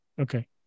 Okay